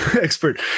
expert